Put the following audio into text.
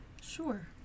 Sure